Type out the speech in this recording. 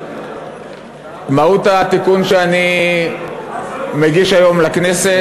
מהות התיקון שאני מגיש היום לכנסת,